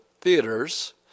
theaters